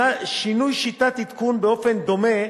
שינוי שיטת העדכון באופן דומה,